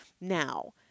now